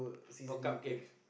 for cupcakes